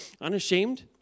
unashamed